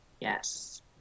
Yes